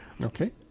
Okay